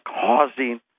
causing